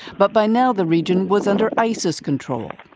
but by now, the region was under isis control,